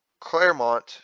Claremont